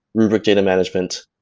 rubrik data management,